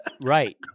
Right